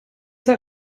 that